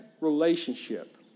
relationship